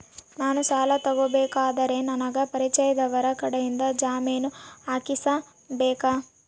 ನಾನು ಸಾಲ ತಗೋಬೇಕಾದರೆ ನನಗ ಪರಿಚಯದವರ ಕಡೆಯಿಂದ ಜಾಮೇನು ಹಾಕಿಸಬೇಕಾ?